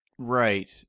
Right